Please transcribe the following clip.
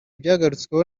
byagarutsweho